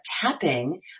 tapping